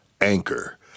Anchor